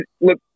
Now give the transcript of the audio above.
Look